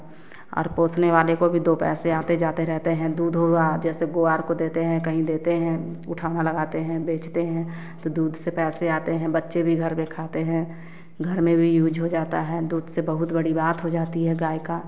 और पोसने वाले को भी दो पैसे आते जाते रहते हैं दूध हुआ जैसे गुआर को देते हैं कहीं देते हैं उठौना लगाते हैं बेचते हैं तो दूध से पैसे आते हैं बच्चे भी घर पर खाते हैं घर में भी यूज हो जाता है दूध से बहुत बड़ी बात हो जाती है गाय का